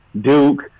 Duke